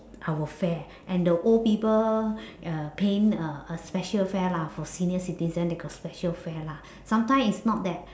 our fare and the old people uh paying a a special fare lah for senior citizen they got special fare lah sometimes it's not that